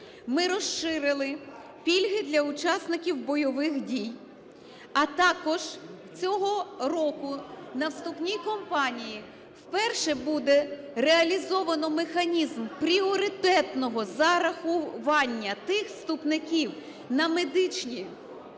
Ми розширили пільги для учасників бойових дій, а також цього року на вступній кампанії вперше буде реалізовано механізм пріоритетного зарахування тих вступників на медичні